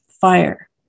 fire